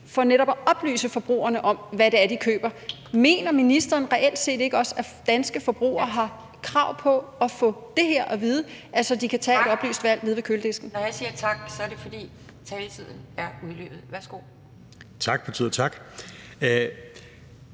for netop at oplyse forbrugerne om, hvad det er, de køber. Mener ministeren reelt set ikke også, at danske forbrugere har krav på at få det her at vide, så de kan tage et oplyst valg nede ved køledisken? Kl. 12:25 Anden næstformand (Pia Kjærsgaard): Tak!